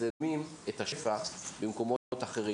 כואב כשאנחנו רואים גם לפעמים את השפע במקומות אחרים: